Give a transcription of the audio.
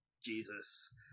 jesus